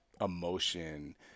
emotion